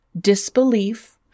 disbelief